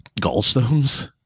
gallstones